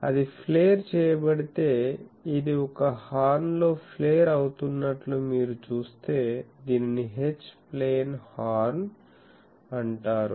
అది ఫ్లేర్ చేయబడితే ఇది ఒక హార్న్ లో ఫ్లేర్ అవుతున్నట్లు మీరు చూస్తే దీనిని H ప్లేన్ హార్న్ అంటారు